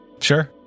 Sure